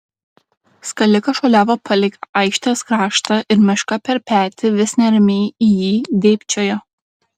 skalikas šuoliavo palei aikštės kraštą ir meška per petį vis neramiai į jį dėbčiojo